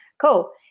cool